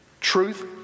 truth